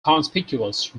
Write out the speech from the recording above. conspicuous